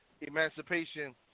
emancipation